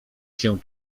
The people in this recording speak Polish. się